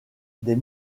des